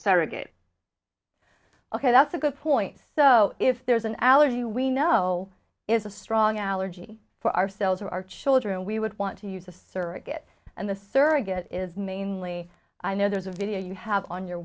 surrogate ok that's a good point so if there's an allergy we know is a strong allergy for ourselves or our children we would want to use a surrogate and the surrogate is mainly i know there's a video you have on your